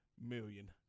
million